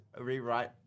rewrite